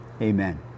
Amen